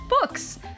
books